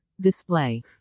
Display